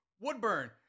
Woodburn